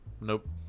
Nope